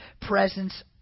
presence